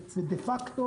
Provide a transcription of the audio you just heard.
דה-פקטו,